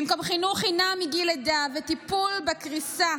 במקום חינוך חינם מגיל לידה וטיפול בקריסה